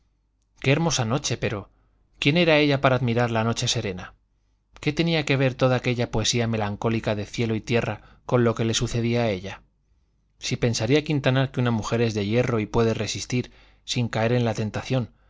qué hermosa noche pero quién era ella para admirar la noche serena qué tenía que ver toda aquella poesía melancólica de cielo y tierra con lo que le sucedía a ella si pensaría quintanar que una mujer es de hierro y puede resistir sin caer en la tentación